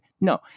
No